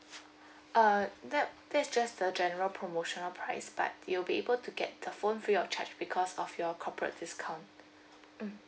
uh that that is just the general promotional price but you'll be able to get the phone free of charge because of your corporate discount mm